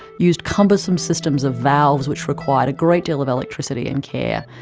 used cumbersome systems of valves which required a great deal of electricity and care,